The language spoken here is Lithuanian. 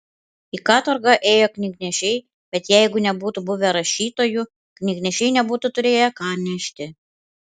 į katorgą ėjo knygnešiai bet jeigu nebūtų buvę rašytojų knygnešiai nebūtų turėję ką nešti